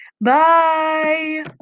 Bye